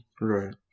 Right